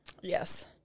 Yes